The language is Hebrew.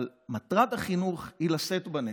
אבל מטרת החינוך היא לשאת בנטל.